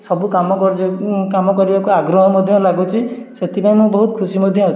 ସବୁ କାମ କରିଯାଉ କାମ କରିବାକୁ ଆଗ୍ରହ ମଧ୍ୟ ଲାଗୁଛି ସେଥିପାଇଁ ମୁଁ ବହୁତ ଖୁସି ମଧ୍ୟ ଅଛି